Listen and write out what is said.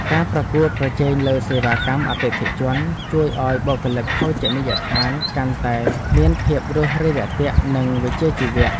ការប្រកួតប្រជែងលើសេវាកម្មអតិថិជន ជួយឱ្យបុគ្គលិកភោជនីយដ្ឋានកាន់តែមានភាពរួសរាយនិងវិជ្ជាជីវៈ។